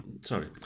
Sorry